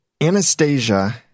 Anastasia